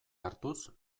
hartuz